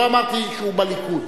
לא אמרתי שהוא בליכוד.